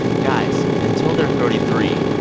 guys, until they're thirty three,